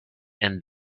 and